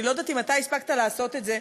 אני לא יודעת אם אתה הספקת לעשות את זה.